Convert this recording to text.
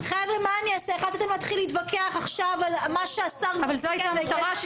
החלטתם להתחיל להתווכח עכשיו על מה שהשר סיכם.